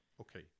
okay